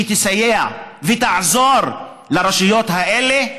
שתסייע ותעזור לרשויות האלה,